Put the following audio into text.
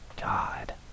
God